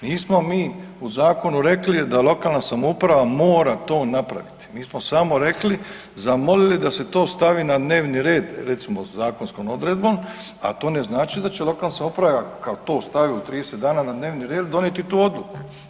Nismo mi u zakonu rekli da lokalna samouprava mora to napraviti, mi smo samo rekli i zamolili da se to stavi na dnevni red recimo zakonskom odredbom, a to ne znači da će lokalna samouprava kada to stavi u 30 dana na dnevni red donijeti tu odluku.